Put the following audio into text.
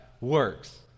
works